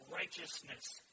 righteousness